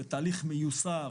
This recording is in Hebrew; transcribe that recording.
בתהליך מיוסר,